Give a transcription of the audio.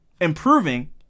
improving